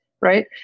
right